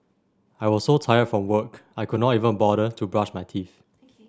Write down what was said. I was so tired from work I could not even bother to brush my teeth